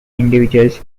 individuals